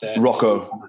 Rocco